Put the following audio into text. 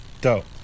Dope